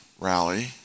rally